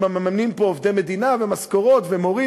שמממנים פה עובדי מדינה ומשכורות ומורים